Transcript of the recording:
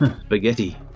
Spaghetti